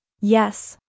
yes